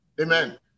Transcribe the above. Amen